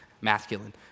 masculine